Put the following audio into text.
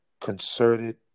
concerted